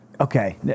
Okay